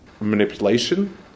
manipulation